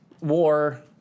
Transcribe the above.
war